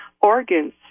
organs